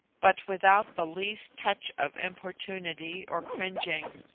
but without the least touch of importunity or cringing.